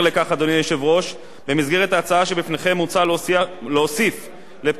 במסגרת ההצעה שבפניכם מוצע להוסיף לפקודת התעבורה הוראות,